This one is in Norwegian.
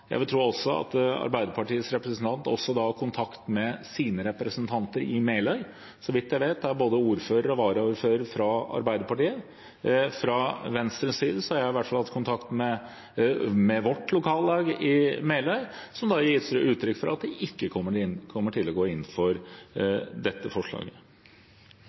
jeg vil tro at Arbeiderpartiets representant også har kontakt med sine representanter i Meløy – så vidt jeg vet, er både ordføreren og varaordføreren fra Arbeiderpartiet. Fra Venstres side har jeg i hvert fall hatt kontakt med vårt lokallag i Meløy, som gir uttrykk for at de ikke kommer til å gå inn for dette forslaget.